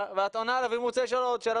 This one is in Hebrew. ואת עונה עליה ואם הוא רוצה לשאול עוד שאלה,